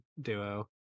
duo